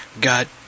got